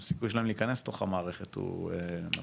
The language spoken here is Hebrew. הסיכוי שלהם להיכנס לתוך המערכת הוא נמוך.